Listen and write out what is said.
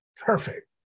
perfect